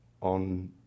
on